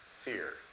fear